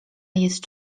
jest